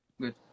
Good